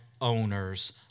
owners